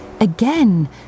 Again